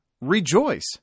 rejoice